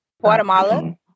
Guatemala